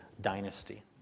dynasty